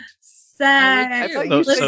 Sex